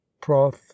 proth